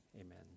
amen